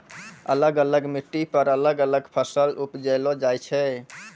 अलग अलग मिट्टी पर अलग अलग फसल उपजैलो जाय छै